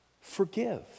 Forgive